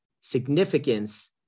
significance